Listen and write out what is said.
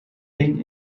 één